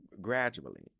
gradually